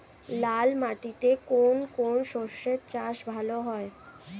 লাল মাটিতে কোন কোন শস্যের চাষ ভালো হয়?